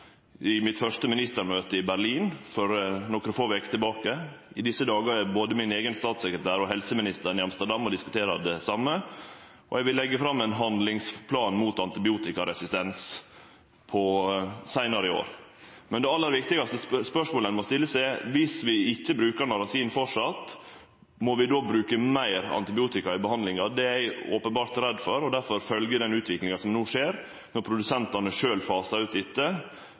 i mitt første ministermøte i Berlin for nokre få veker sidan, i desse dagar er både min eigen statssekretær og helseministeren i Amsterdam og diskuterer det same, og eg vil leggje fram ein handlingsplan mot antibiotikaresistens seinare i år. Det aller viktigaste spørsmålet ein må stille seg, er: Viss vi ikkje fortset å bruke narasin, må vi då bruke meir antibiotika i behandlinga? Det er eg openbert redd for, og difor følgjer eg den utviklinga som no skjer, når produsentane sjølve fasar ut dette,